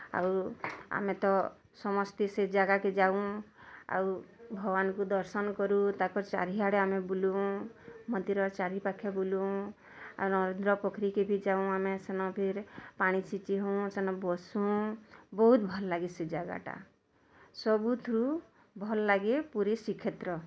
ଆଉ ଆମେ ତ ସମସ୍ତେ ସେ ଜାଗାକେ ଯାଉଁ ଆଉ ଭଗବାନ୍ଙ୍କୁ ଦର୍ଶନ୍ କରୁଁ ତାଙ୍କ ଚାରିଆଡ଼େ ଆମେ ବୁଲୁଁ ମନ୍ଦିର୍ ଚାରିପାଖେ ବୁଲୁଁ ଆଉ ନରେନ୍ଦ୍ର ପୋଖରୀକେ ଭି ଯାଉଁ ଆମେ ସେନ୍ ଫିର୍ ପାଣି ଛିଚି ହେଉଁ ସେନ୍ ବସୁଁ ବହୁତ୍ ଭଲ୍ ଲାଗେ ସେ ଜାଗାଟା ସବୁଥୃ ଭଲ୍ ଲାଗେ ପୁରି ଶ୍ରୀକ୍ଷେତ୍ର